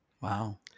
Wow